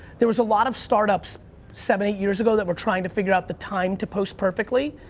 there was a lot of start ups seven, eight years ago that were trying to figure out the time to post perfectly.